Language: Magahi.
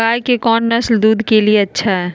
गाय के कौन नसल दूध के लिए अच्छा है?